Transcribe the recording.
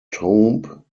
tomb